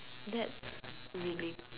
that's really